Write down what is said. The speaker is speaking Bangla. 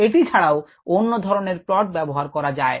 এটি ছাড়াও অন্য ধরনের plot ব্যবহার করা যায়